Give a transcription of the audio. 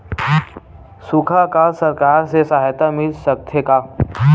सुखा अकाल सरकार से सहायता मिल सकथे का?